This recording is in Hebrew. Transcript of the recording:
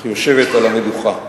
אך יושבת על המדוכה.